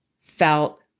felt